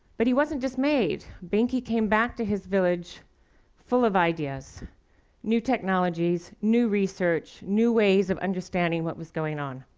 but he wasn't dismayed. benki came back to his village full of ideas new technologies, new research, new ways of understanding what was going on.